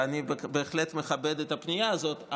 ואני בהחלט מכבד את הפנייה הזאת,